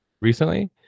recently